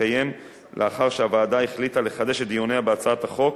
שהתקיים לאחר שהוועדה החליטה לחדש את דיוניה בהצעת החוק,